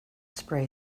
spray